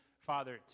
Father